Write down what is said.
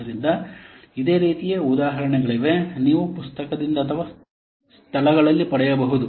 ಆದ್ದರಿಂದ ಇದೇ ರೀತಿಯ ಉದಾಹರಣೆಗಳಿವೆ ನೀವು ಪುಸ್ತಕದಿಂದ ಅಥವಾ ಸ್ಥಳಗಳಲ್ಲಿ ಪಡೆಯಬಹುದು